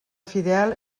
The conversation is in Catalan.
fidel